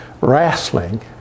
wrestling